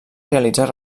realitzar